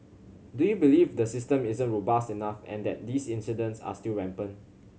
do you believe the system isn't robust enough and that these incidents are still rampant